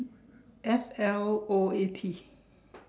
F L O A T